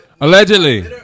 Allegedly